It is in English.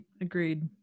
agreed